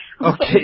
Okay